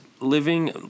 living